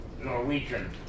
Norwegian